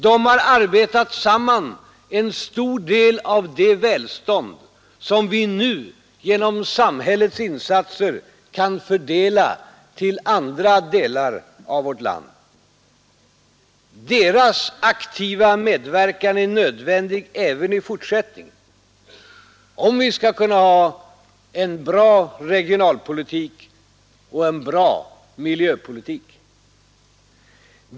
De har arbetat samman en stor del av det välstånd som vi nu genom samhällets insatser kan fördela till andra delar av vårt land. Deras aktiva medverkan är nödvändig även i fortsättningen om vi skall kunna ha en bra regionalpolitik och en bra miljöpolitik.